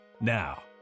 Now